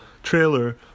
trailer